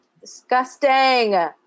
Disgusting